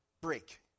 break